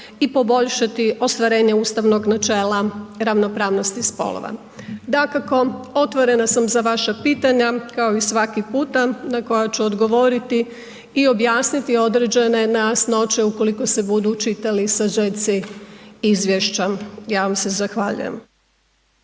i poboljšati ostvarenje ustavnog načela ravnopravnosti spolova. Dakako, otvorena sam za vaša pitanja, kao i svaki puta na koja ću odgovoriti i objasniti određene nejasnoće ukoliko se budu čitali sažeci izvješća. Ja vam se zahvaljujem.